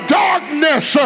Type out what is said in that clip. darkness